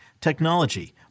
technology